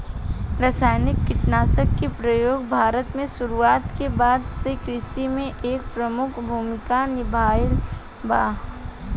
रासायनिक कीटनाशक के प्रयोग भारत में शुरुआत के बाद से कृषि में एक प्रमुख भूमिका निभाइले बा